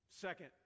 Second